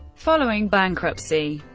following bankruptcy,